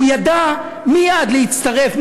הוא ידע מייד להצטרף,